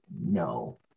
no